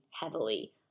heavily